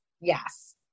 yes